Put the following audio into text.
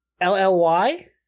L-L-Y